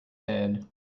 head